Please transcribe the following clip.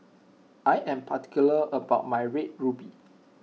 I am particular about my Red Ruby